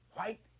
White